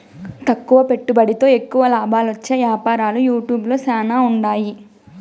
తక్కువ పెట్టుబడితో ఎక్కువ లాబాలొచ్చే యాపారాలు యూట్యూబ్ ల శానా ఉండాయి